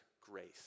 grace